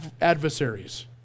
adversaries